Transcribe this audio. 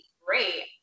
great